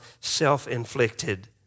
self-inflicted